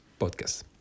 podcast